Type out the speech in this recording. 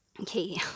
okay